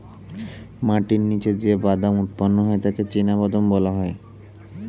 মাটির নিচে যে বাদাম উৎপন্ন হয় তাকে চিনাবাদাম বলা হয়